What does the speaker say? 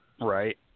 right